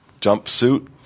jumpsuit